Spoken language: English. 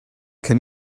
can